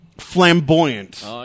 Flamboyant